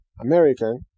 American